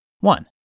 One